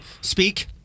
speak